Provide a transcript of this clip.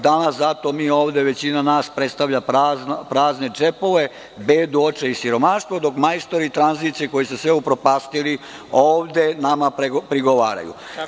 Danas većina nas predstavlja prazne džepove, bedu, očaj i siromaštvo, dok majstori tranzicije, koji su sve upropastili, ovde nama prigovaraju.